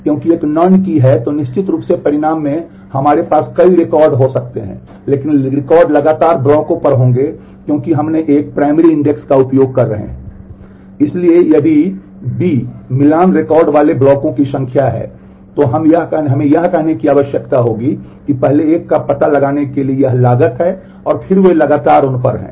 इसलिए यदि बी मिलान रिकॉर्ड वाले ब्लॉकों की संख्या है तो हमें यह कहने की आवश्यकता होगी कि पहले एक का पता लगाने के लिए यह लागत है और फिर वे लगातार उन पर हैं